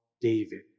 David